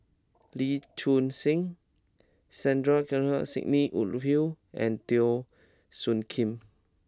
Lee Choon Seng Sandrasegaran Sidney Woodhull and Teo Soon Kim